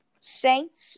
Saints